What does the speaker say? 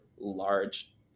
large